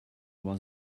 was